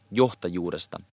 johtajuudesta